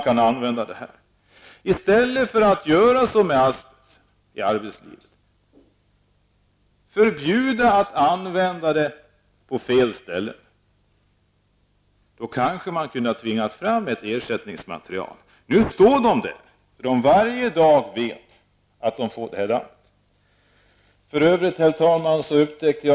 Man skulle ha förbjudit användningen av asbest på fel ställen. Då hade man kanske tvingat fram ett ersättningsmaterial. Nu arbetar man där fastän man vet att arbetarna varje dag får i sig dammet.